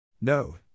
No